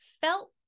felt